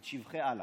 את שבחי אללה.